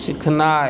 सिखनाय